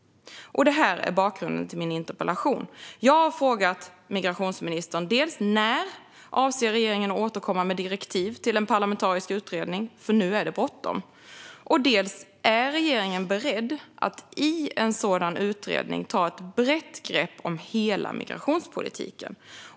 Det är bakgrunden till min interpellation. Jag har frågat migrationsministern dels när regeringen avser att återkomma med direktiv till en parlamentarisk utredning - nu är det bråttom - dels om regeringen är beredd att i en sådan utredning ta ett brett grepp om hela migrationspolitiken.